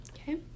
okay